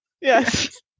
Yes